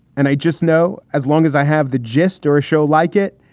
and i just know as long as i have the gist or a show like it,